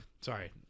Sorry